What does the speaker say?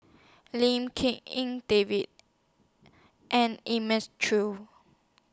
Lim King En David and Elim Chew